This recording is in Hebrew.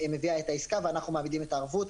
מביאה את העסקה ואנחנו מעמידים את הערבות.